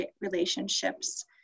relationships